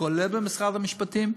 כולל במשרד המשפטים,